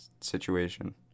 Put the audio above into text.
situation